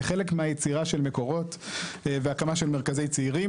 כחלק מהיצירה של מקורות והקמה של מרכזי צעירים.